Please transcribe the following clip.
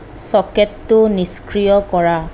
ছকেটটো নিষ্ক্ৰিয় কৰা